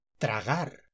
Tragar